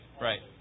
right